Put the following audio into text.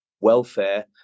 welfare